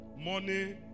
money